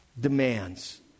demands